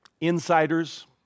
insiders